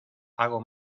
hago